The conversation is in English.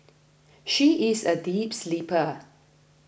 she is a deep sleeper